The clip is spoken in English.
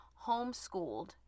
homeschooled